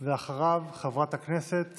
אחריו, חברת הכנסת